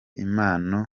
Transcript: impano